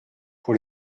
pour